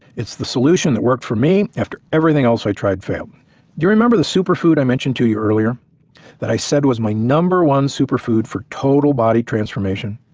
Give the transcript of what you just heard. it's the solution that worked for me after everything else i tried failed. do you remember the super food i mentioned to your earlier that i said was my number one super food for total body transformation?